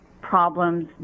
problems